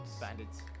Bandits